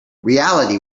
reality